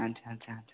ଆଚ୍ଛା ଆଚ୍ଛା ଆଚ୍ଛା